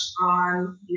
on